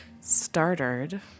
started